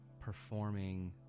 performing